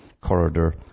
corridor